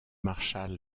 marshall